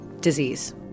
disease